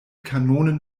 kanonen